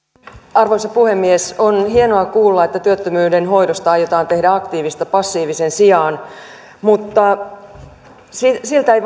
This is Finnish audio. arvoisa puhemies on hienoa kuulla että työttömyyden hoidosta aiotaan tehdä aktiivista passiivisen sijaan mutta siltä ei